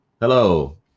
Hello